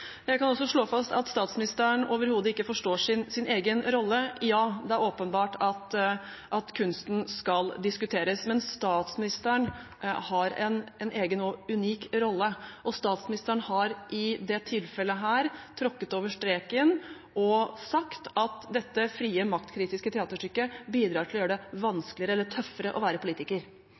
Jeg kan også slå fast at statsministeren overhodet ikke forstår sin egen rolle. Ja, det er åpenbart at kunsten skal diskuteres, men statsministeren har en egen og unik rolle, og statsministeren har i dette tilfellet tråkket over streken og sagt at dette frie, maktkritiske teaterstykket bidrar til å gjøre det vanskeligere eller tøffere å være politiker.